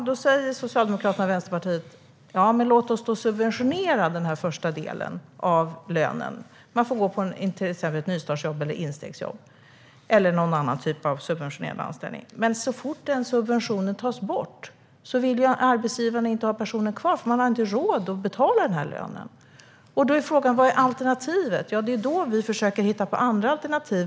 Då säger Socialdemokraterna och Vänsterpartiet att man ska subventionera den första delen av lönen och låta dem gå på nystartsjobb, instegsjobb eller någon annan typ av subventionerad anställning. Men så fort den subventionen tas bort vill ju arbetsgivaren inte ha personen kvar, för man har inte råd att betala lönen. Vad är då alternativet? Vi försöker hitta alternativ.